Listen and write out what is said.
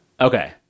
Okay